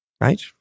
right